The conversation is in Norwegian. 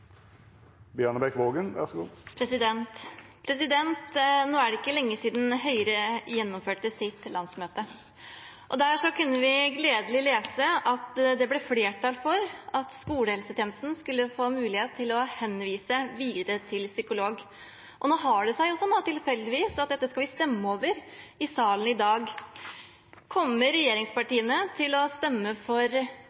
det var gledelig at vi kunne lese at det ble flertall for at skolehelsetjenesten skulle få mulighet til å henvise videre til psykolog. Nå har det seg tilfeldigvis sånn at dette skal vi stemme over i salen i dag. Kommer